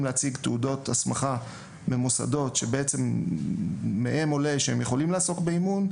להציג תעודות הסמכה במוסדות שמהם עולה שהם יכולים לעסוק באימון,